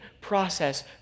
process